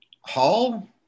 hall